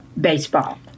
baseball